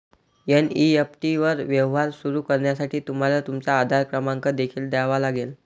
NEFT वर व्यवहार सुरू करण्यासाठी तुम्हाला तुमचा आधार क्रमांक देखील द्यावा लागेल